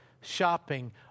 shopping